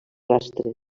rastre